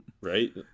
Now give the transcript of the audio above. right